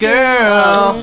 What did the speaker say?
Girl